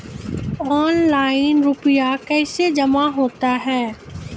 Online रुपये कैसे जमा होता हैं?